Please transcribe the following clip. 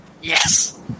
Yes